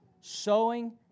sowing